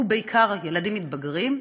ובעיקר ילדים מתבגרים,